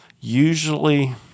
Usually